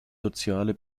soziale